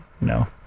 no